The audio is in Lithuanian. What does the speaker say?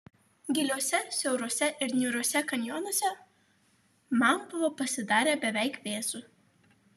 giliuose siauruose ir niūriuose kanjonuose man buvo pasidarę beveik vėsu